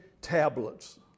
tablets